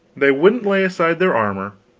they wouldn't lay aside their armor,